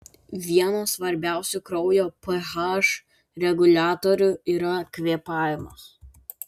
vienas svarbiausių kraujo ph reguliatorių yra kvėpavimas